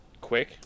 Quick